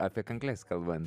apie kankles kalbant